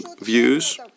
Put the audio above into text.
views